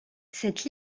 cette